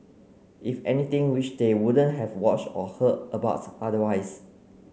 if anything which they wouldn't have watched or heard about otherwise